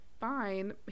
fine